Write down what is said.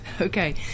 Okay